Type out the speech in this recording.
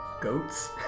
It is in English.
Goats